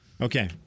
Okay